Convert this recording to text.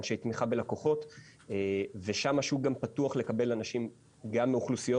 אנשי תמיכה בלקוחות ושם השוק גם פתוח לקבל אנשים גם מאוכלוסיות